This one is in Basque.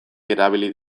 erabili